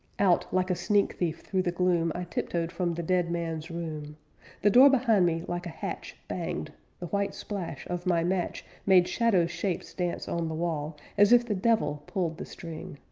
out, like a sneak-thief through the gloom, i tiptoed from the dead man's room the door behind me like a hatch banged the white splash of my match made shadow shapes dance on the wall as if the devil pulled the string.